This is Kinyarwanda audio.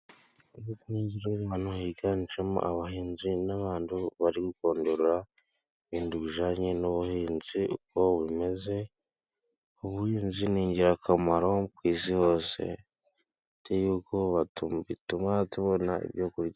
Nigire ahantu higanjemo abahinzi n'abantu bari gu kondora ibindi bijyanye n'ubuhinzi uko bumeze ubuhinzi ni ingirakamaro, ku isi hose, bituma tubona ibyo kurya.